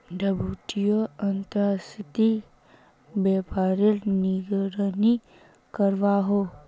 WTO अंतर्राश्त्रिये व्यापारेर निगरानी करोहो